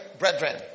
brethren